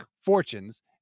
fortunes